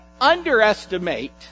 underestimate